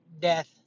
death